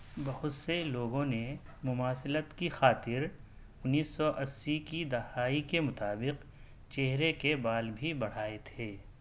بہت سے لوگوں نے مماثلت کی خاطر اُنیس سو اسی کی دہائی کے مطابق چہرے کے بال بھی بڑھائے تھے